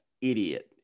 idiot